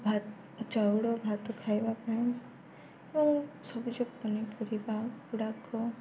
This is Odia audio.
ଭାତ ଚାଉଳ ଭାତ ଖାଇବା ପାଇଁ ଏବଂ ସବୁଜ ପନିପରିବା ଗୁଡ଼ାକ